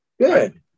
Good